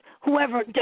whoever